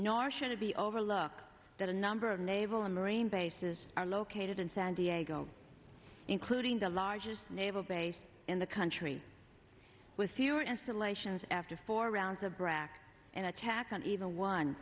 nor should it be overlooked that a number of naval and marine bases are located in san diego including the largest naval base in the country with fewer installations after four rounds of brac an attack on e